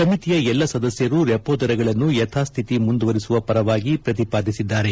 ಸಮಿತಿಯ ಎಲ್ಲಾ ಸದಸ್ಟರು ರೆಪೋ ದರಗಳನ್ನು ಯಥಾಸ್ವಿತಿ ಮುಂದುವರೆಸುವ ಪರವಾಗಿ ಪ್ರತಿಪಾದಿಸಿದ್ದಾರೆ